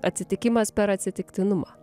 atsitikimas per atsitiktinumą